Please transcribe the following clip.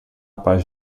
paz